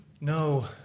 no